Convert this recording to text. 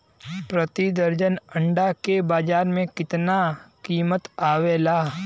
प्रति दर्जन अंडा के बाजार मे कितना कीमत आवेला?